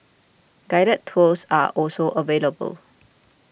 guided tours are also available